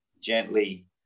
gently